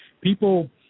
people